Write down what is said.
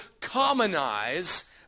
commonize